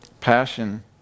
passion